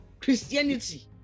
Christianity